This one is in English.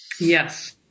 Yes